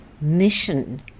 mission